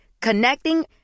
Connecting